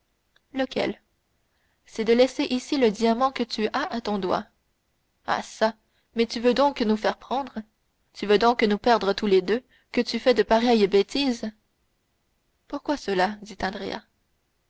lequel c'est de laisser ici le diamant que tu as à ton doigt ah çà mais tu veux donc nous faire prendre tu veux donc nous perdre tous les deux que tu fais de pareilles bêtises pourquoi cela dit